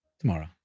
tomorrow